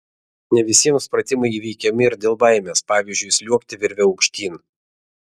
ne visiems pratimai įveikiami ir dėl baimės pavyzdžiui sliuogti virve aukštyn